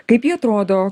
kaip ji atrodo